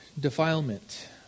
Defilement